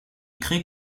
crée